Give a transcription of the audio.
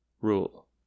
rule